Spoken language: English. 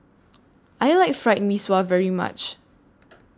I like Fried Mee Sua very much